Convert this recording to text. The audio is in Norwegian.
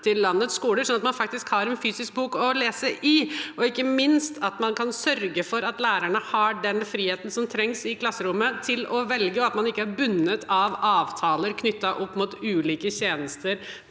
på landets skoler, slik at man faktisk har en fysisk bok å lese i. Og ikke minst kan man sørge for at lærerne har den friheten som trengs i klasserommene til å velge, at man ikke er bundet av avtaler knyttet opp mot ulike tjenester